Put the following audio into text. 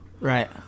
Right